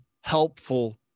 helpful